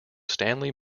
stanley